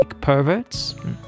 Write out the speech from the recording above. perverts